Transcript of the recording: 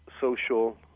social